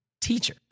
teacher